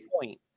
point